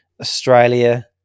Australia